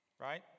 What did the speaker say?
right